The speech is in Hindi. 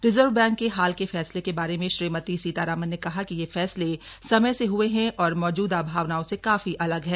रिजर्व बैंक के हाल के फैसले के बारे में श्रीमती सीतारामन ने कहा कि ये फैसले समय से हुए हैं और मौजूदा भावनाओं से काफी अलग हैं